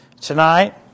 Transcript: tonight